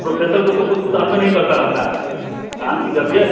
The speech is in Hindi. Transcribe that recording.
प्रोफेसर को तो कुछ गुदानबे नहीं करता रहता है तान के जब ये